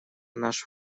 наш